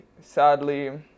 sadly